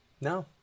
No